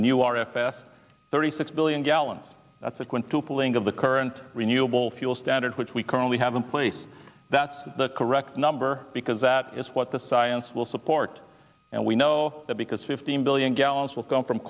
a new r f s thirty six billion gallons that's a quintuple link of the current renewable fuel standard which we currently have in place that's the correct number because that is what the science will support and we know that because fifteen billion gallons will come from